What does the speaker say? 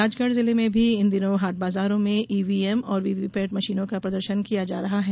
राजगढ़ जिले में भी इन दिनों हाट बाजारों में ईवीएम और वीवीपेट मशीनों का प्रदर्शन किया जा रहा है